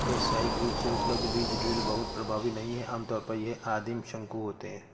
व्यावसायिक रूप से उपलब्ध बीज ड्रिल बहुत प्रभावी नहीं हैं आमतौर पर ये आदिम शंकु होते हैं